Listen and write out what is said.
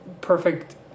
Perfect